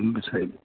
હં સાહેબ